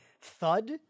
thud